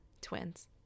Twins